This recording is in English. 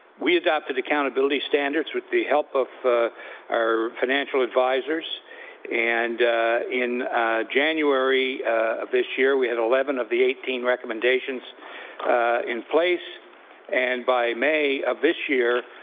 we adopted the accountability standards with the help of our financial advisors and in january of this year, we had eleven of the eighteen recommendations in place and by may of this year,